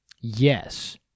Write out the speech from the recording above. Yes